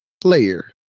player